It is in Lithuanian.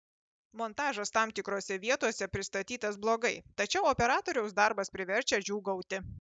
montažas tam tikrose vietose pristatytas blogai tačiau operatoriaus darbas priverčia džiūgauti